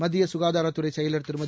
மத்திய கசுகாதாரத் துறை செயவர் திருமதி